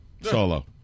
Solo